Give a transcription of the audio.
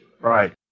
right